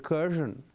recursion,